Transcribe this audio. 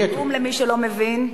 תרגום, למי שלא מבין.